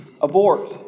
abort